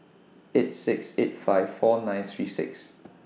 eight six eight five four nine three six